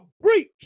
breach